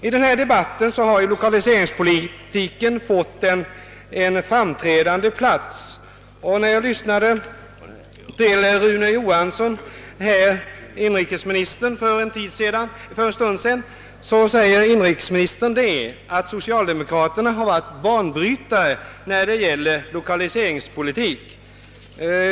I denna debatt har lokaliseringspolitiken fått en framträdande plats. Inrikesministern yttrade för en stund sedan, att socialdemokraterna varit banbrytare i fråga om lokaliseringspolitik.